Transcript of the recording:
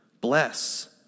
bless